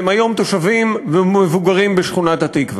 והם היום תושבים מבוגרים בשכונת-התקווה.